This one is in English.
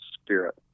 Spirit